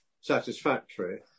satisfactory